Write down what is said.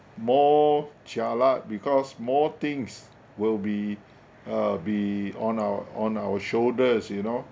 more jialat because more things will be uh be on our on our shoulders you know